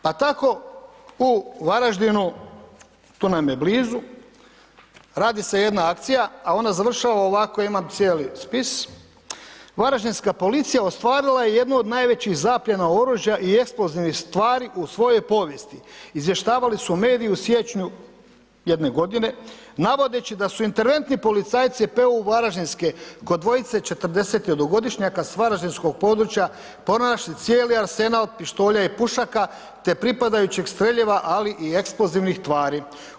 Pa tako u Varaždinu, tu nam je blizu, radi se jedna akcija a ona završava ovako, imam cijeli spis, varaždinska policija ostvarila je jednu od najvećih zapljena oružja i eksplozivnih stvari u svojoj povijesti, izvještavali su mediji u siječnju jedne godine, navodeći da su interventni policajci PU Varaždinske kod dvojce 41.-godišnjaka s varaždinskog područja pronašli cijeli arsenal pištolja i pušaka te pripadajućeg streljiva ali i eksplozivnih tvari.